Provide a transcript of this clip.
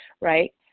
right